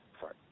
sorry